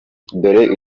dore